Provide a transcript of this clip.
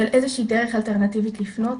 של איזושהי דרך אלטרנטיבית לפנות,